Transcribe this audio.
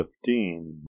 fifteen